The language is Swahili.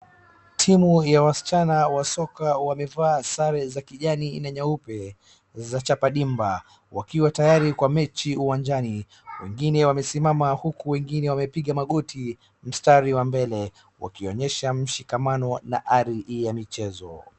Timu ya wasichana wa soka wamevaa sare za kijani na nyeupe, za chapa dimba, wakiwa tayari kwa mechi uwanjani. Wengine wamesimama huku wengine wamepiga magoti, mstari wa mbele, wakionyesha mshikamano na ari ya mchezo.